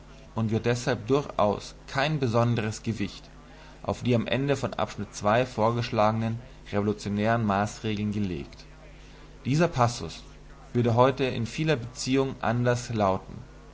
und wird deshalb durchaus kein besonderes gewicht auf die am ende von abschnitt ii vorgeschlagenen revolutionären maßregeln gelegt dieser passus würde heute in vieler beziehung anders lauten